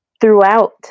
throughout